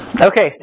Okay